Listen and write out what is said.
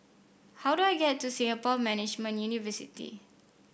how do I get to Singapore Management University